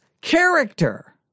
character